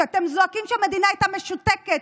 ואתם זועקים שהמדינה הייתה משותקת,